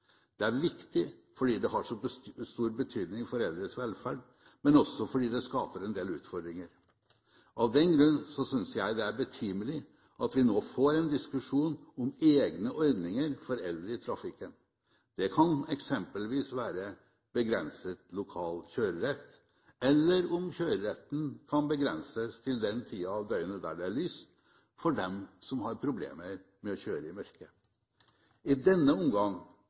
Det er viktig fordi det har så stor betydning for eldres velferd, men også fordi det skaper en del utfordringer. Av den grunn synes jeg det er betimelig at vi nå får en diskusjon om egne ordninger for eldre i trafikken. Det kan eksempelvis være begrenset lokal kjørerett eller begrenset kjørerett til den tida av døgnet da det er lyst, for dem som har problemer med å kjøre i mørke. I denne omgang